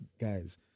guys